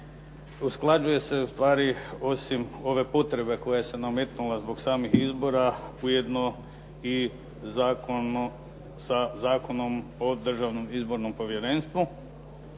usklađuje se ustvari osim ove potrebe koja se nametnula zbog samih izbora ujedno i sa Zakonom o Državnom izbornom povjerenstvu